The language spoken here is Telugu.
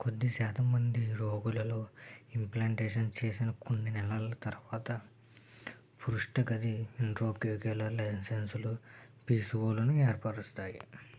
కొద్ది శాతం మంది రోగులలో ఇంప్లాన్టేషన్ చేసిన కొన్ని నెలల తర్వాత పృష్ఠ గది ఇంట్రాకోక్యులర్ లెసెన్సులు పిసిఓలను ఏర్పరుస్తాయి